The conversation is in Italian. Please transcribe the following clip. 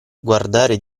guardare